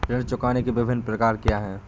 ऋण चुकाने के विभिन्न प्रकार क्या हैं?